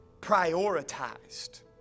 prioritized